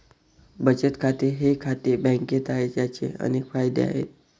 बचत खाते हे खाते बँकेत आहे, ज्याचे अनेक फायदे आहेत